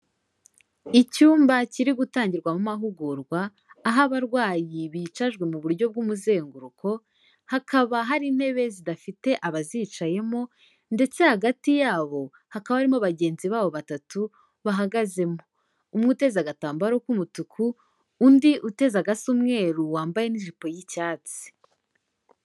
Icyumba kiri gutangirwamo amahugurwa, aho abarwayi bicajwe mu buryo bw'umuzenguruko, hakaba hari intebe zidafite abazicayemo, ndetse hagati yabo hakaba harimo bagenzi babo batatu bahagazemo, umwe uteze agatambaro k'umutuku, undi uteza agasa umweru wambaye n'ijipo y'icyatsi.